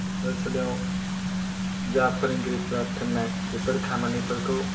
फरायसालियाव जा फोरोंगिरिफोरा थोननाय बेफोर खामानिफोरखौ